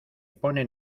pone